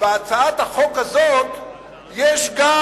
בהצעת החוק הזו יש, גם